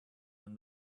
when